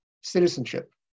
citizenship